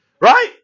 Right